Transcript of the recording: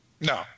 No